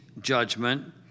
judgment